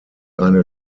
eine